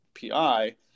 PI